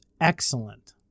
excellent